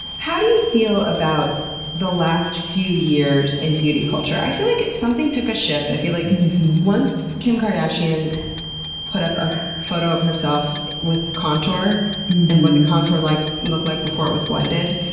how do you feel about the last few years in beauty culture? i feel like something took a shift. i feel like once kim kardashian put up a photo of herself with contour and what the contour like looked like before it was blended,